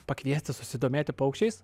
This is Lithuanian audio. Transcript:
pakviesti susidomėti paukščiais